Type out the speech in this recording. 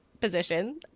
position